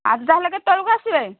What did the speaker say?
ଆଜି ତା'ହେଲେ କେତେବେଳକୁ ଆସିବେ